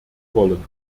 wollen